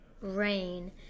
rain